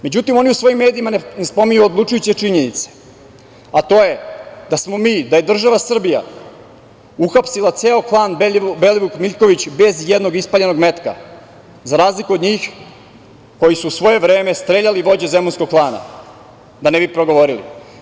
Međutim, on je u svojim medijima spominjao odlučujuće činjenice, a to je da smo mi, da je država Srbija uhapsila ceo klan Belivuk-Miljković bez ijednog ispaljenog metka za razliku od njih koji su u svoje vreme streljali vođe Zemunskog klana da ne bi progovorili.